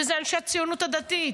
וזה אנשי הציונות הדתית,